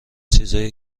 چیزای